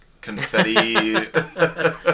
confetti